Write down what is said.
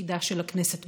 תפקידה של הכנסת,